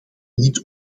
niet